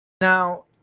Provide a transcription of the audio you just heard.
Now